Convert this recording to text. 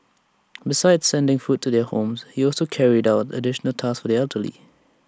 besides sending food to their homes he also carried out additional tasks for the elderly